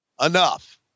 enough